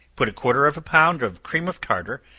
put a quarter of a pound of cream of tartar,